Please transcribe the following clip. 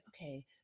okay